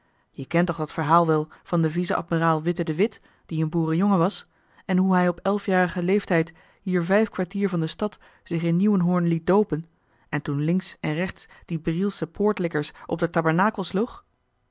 je kent toch dat verhaal wel van den vice-admiraal witte de with die een boerenjongen was en hoe hij op elfjarigen leeftijd hier vijf kwartier van de stad zich in nieuwenhoorn liet doopen en toen links en rechts die brielsche poortlikkers op d'r tabernakel